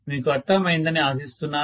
మీకు అర్థం అయిందని ఆశిస్తున్నాను